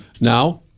Now